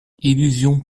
illusion